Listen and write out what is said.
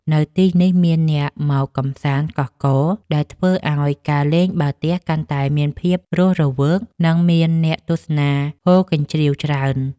នៅទីនេះមានអ្នកមកកម្សាន្តកុះករ ដែលធ្វើឱ្យការលេងបាល់ទះកាន់តែមានភាពរស់រវើក និងមានអ្នកទស្សនាហ៊ោរកញ្ជ្រៀវច្រើន។